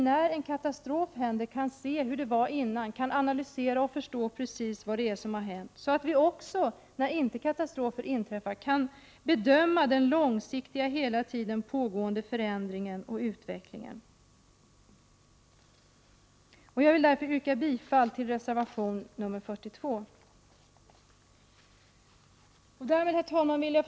När en katastrof inträffar kan vi då se hur det var innan, och vi kan analysera och förstå precis vad det var som hände. Även när katastrofer inte inträffår skall vi kunna bedöma den långsiktiga, hela tiden pågående förändringen och utvecklingen. Jag vill därför yrka bifall till reservation nr 42. Herr talman!